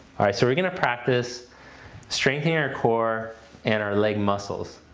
alright, so we're gonna practice strengthening our core and our leg muscles.